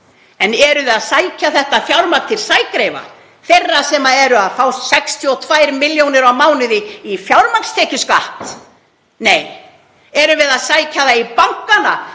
En erum við að sækja þetta fjármagn til sægreifa, þeirra sem eru að fá 62 millj. kr. á mánuði í fjármagnstekjuskatt? Nei. Erum við að sækja það í bankana